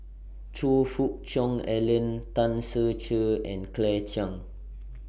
Choe Fook Cheong Alan Tan Ser Cher and Claire Chiang